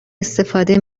استفاده